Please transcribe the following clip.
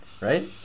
right